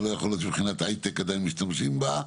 שלא יכול להיות שמבחינת הייטק עדיין משתמשים בה.